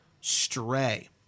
Stray